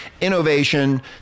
innovation